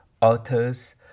authors